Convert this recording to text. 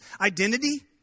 identity